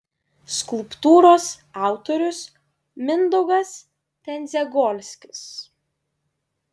skulptūros autorius mindaugas tendziagolskis